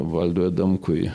valdui adamkui